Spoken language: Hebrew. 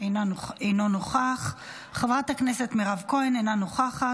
אינו נוכח, חברת הכנסת מירב כהן, אינה נוכחת.